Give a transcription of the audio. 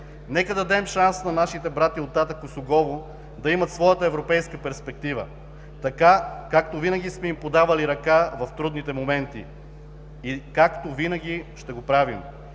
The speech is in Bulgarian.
Нека да дадем шанс на нашите братя, оттатък Осогово, да имат своята европейска перспектива, така както винаги сме им подавали ръка в трудните моменти и както винаги ще го правим!